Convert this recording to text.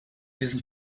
diesen